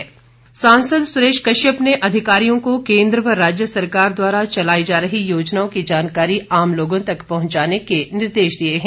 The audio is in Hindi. सुरेश कश्यप सांसद सुरेश कश्यप ने अधिकारियों को केन्द्र व राज्य सरकार द्वारा चलाई जा रही योजनाओं की जानकारी आम लोगों तक पहुंचाने के निर्देश दिए हैं